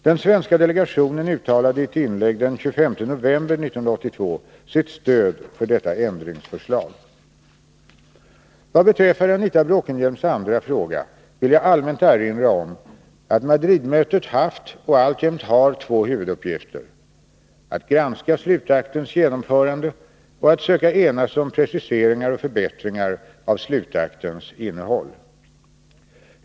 Den svenska delegationen uttalade i ett inlägg den 25 november 1982 sitt stöd för detta ändringsförslag. Vad beträffar Anita Bråkenhielms andra fråga vill jag allmänt erinra om att Madridmötet haft och alltjämt har två huvuduppgifter: att granska slutaktens genomförande och att söka nå enighet om preciseringar och förbättringar av slutaktens innehåll.